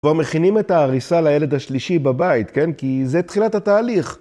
כבר מכינים את העריסה לילד השלישי בבית, כן? כי זה תחילת התהליך.